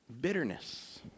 Bitterness